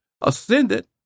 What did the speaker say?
ascended